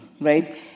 right